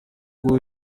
who